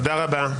תודה רבה.